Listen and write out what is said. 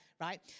right